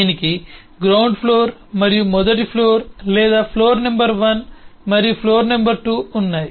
దీనికి ground floor మరియు మొదటి ఫ్లోర్ లేదా ఫ్లోర్ నంబర్ 1 మరియు ఫ్లోర్ నంబర్ 2 ఉన్నాయి